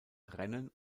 rennen